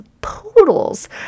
poodles